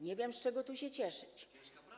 Nie wiem, z czego tu się cieszyć.